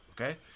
okay